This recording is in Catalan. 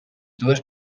dues